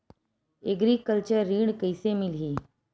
Agriculture ऋण कइसे मिलही?